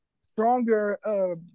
stronger